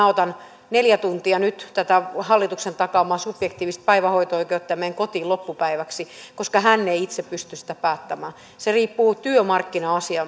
otan neljä tuntia nyt tätä hallituksen takaamaa subjektiivista päivähoito oikeutta ja menen kotiin loppupäiväksi koska hän ei itse pysty sitä päättämään se riippuu työmarkkina